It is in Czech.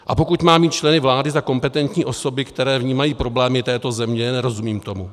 A pokud mám mít členy vlády za kompetentní osoby, které vnímají problémy této země, nerozumím tomu.